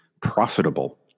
profitable